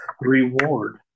reward